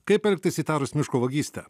kaip elgtis įtarus miško vagystę